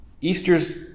Easter's